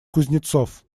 кузнецов